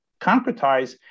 concretize